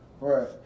Right